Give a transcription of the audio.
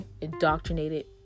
indoctrinated